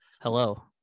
Hello